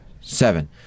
Seven